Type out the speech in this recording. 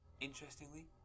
Interestingly